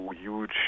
huge